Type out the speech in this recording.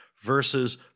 Versus